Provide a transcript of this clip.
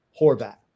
Horvat